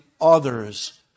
others